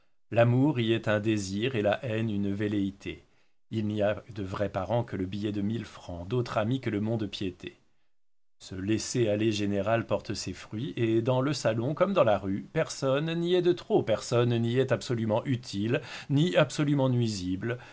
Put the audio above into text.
l'amour y est un désir et la haine une velléité il n'y a là de vrai parent que le billet de mille francs d'autre ami que le mont-de-piété ce laisser-aller général porte ses fruits et dans le salon comme dans la rue personne n'y est de trop personne n'y est absolument utile ni absolument nuisible